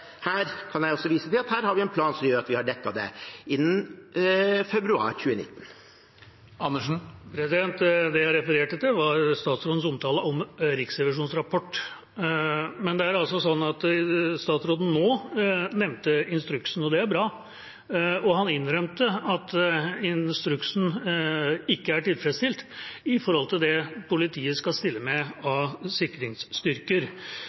her kan jeg vise til at vi har en plan som gjør at vi har dekket det innen februar 2019. Det jeg refererte til, var statsrådens omtale av Riksrevisjonens rapport. Men statsråden nevnte instruksen nå, og det er bra. Og han innrømte at instruksen ikke er tilfredsstilt når det gjelder det politiet skal stille med